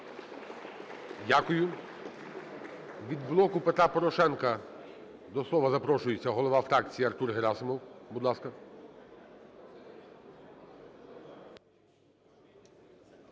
Дякую. Від "Блоку Петра Порошенка" до слова запрошується голова фракції Артур Герасимов. 10:14:36